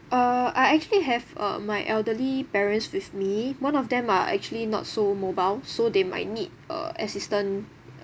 uh I actually have a my elderly parents with me one of them are actually not so mobile so they might need a assistant